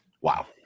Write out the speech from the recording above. Wow